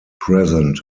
present